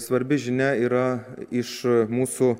svarbi žinia yra iš mūsų